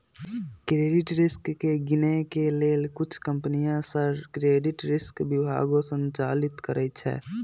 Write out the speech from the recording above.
credit risk के गिनए के लेल कुछ कंपनि सऽ क्रेडिट रिस्क विभागो संचालित करइ छै